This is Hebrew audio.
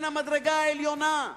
מן המדרגה העליונה,